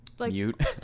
Mute